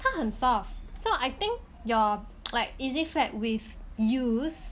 它很 soft so I think your like easy flap with use